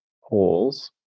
holes